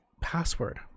password